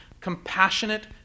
compassionate